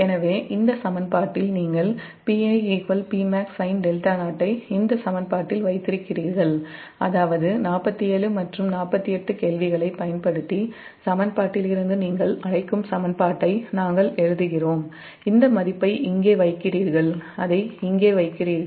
எனவே இந்த சமன்பாட்டில் நீங்கள் Pi Pmaxsin𝜹𝟎ஐ இந்த சமன்பாட்டில் வைத்திருக் கிறீர்கள் அதாவது 47 மற்றும் 48 கேள்விகளைப் பயன்படுத்தி சமன் பாட்டிலிருந்து நீங்கள் அழைக்கும் சமன்பாட்டை நாம் எழுதுகிறோம் இந்த மதிப்பை இங்கே வைக்கிறீர்கள்